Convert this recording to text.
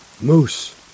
Moose